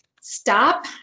Stop